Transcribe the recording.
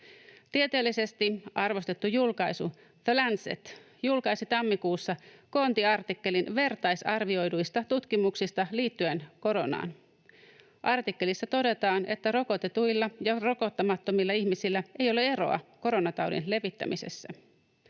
Tieteellisesti arvostettu julkaisu The Lancet julkaisi tammikuussa koontiartikkelin vertaisarvioiduista tutkimuksista liittyen koronaan. Artikkelissa todetaan, että rokotetuilla ja rokottamattomilla ihmisillä ei ole eroa koronataudin levittämisessä.